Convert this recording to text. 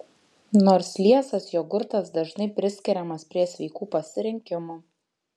nors liesas jogurtas dažnai priskiriamas prie sveikų pasirinkimų